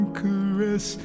caress